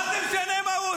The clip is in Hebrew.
אתה יודע את הנאום?